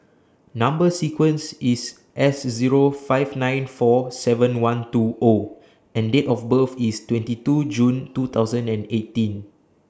Number sequence IS S Zero five nine four seven one two O and Date of birth IS twenty two June two thousand and eighteen